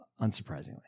Unsurprisingly